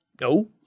No